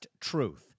Truth